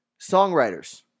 songwriters